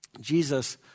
Jesus